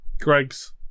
Greg's